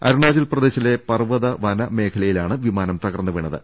അരുണാചൽ പ്രദേശിലെ പർവ്വത വന മേഖലയിലാണ് വിമാനം തകർന്ന് വീണത്